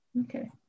okay